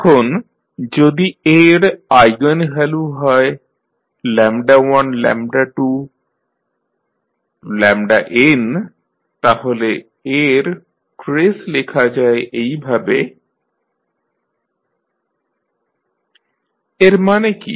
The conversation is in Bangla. এখন যদি A এর আইগেনভ্যালু হয় 12n তাহলে A এর ট্রেস লেখা যায় এইভাবে tri1ni এর মানে কী